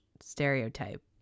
stereotype